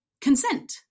consent